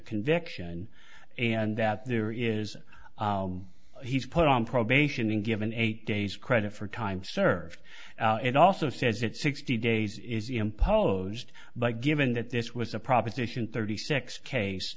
conviction and that there is he's put on probation and given eight days credit for time served it also says that sixty days is imposed but given that this was a proposition thirty six